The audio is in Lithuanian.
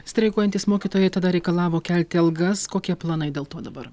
streikuojantys mokytojai tada reikalavo kelti algas kokie planai dėl to dabar